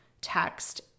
text